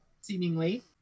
seemingly